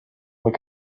like